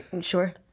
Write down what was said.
sure